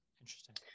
Interesting